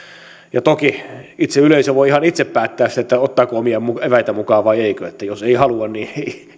ja toki yleisö voi ihan itse päättää sen ottaako omia eväitä mukaan vai eikö jos ei halua ei todellakaan